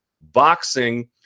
boxing